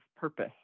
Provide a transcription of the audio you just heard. purpose